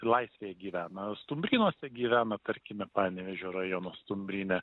laisvėje gyvena stumbrynuose gyvena tarkime panevėžio rajono stumbryne